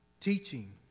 teaching